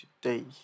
today